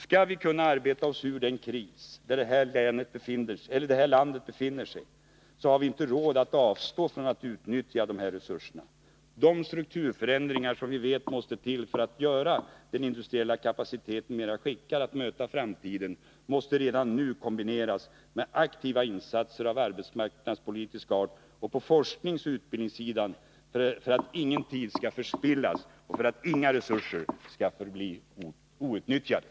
Skall vi kunna ta oss ur den kris som det här landet befinner sig i, har vi inte råd att avstå från att utnyttja de här resurserna. De strukturförändringar som vi vet måste till för att göra den industriella kapaciteten mera lämpad att möta framtiden måste redan nu kombineras med aktiva insatser av arbetsmarknadspolitisk art och med insatser på forskningsoch utbildningssidan för att ingen tid skall förspillas och för att inga resurser skall förbli outnyttjade.